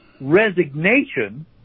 resignation